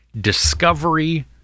Discovery